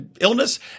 illness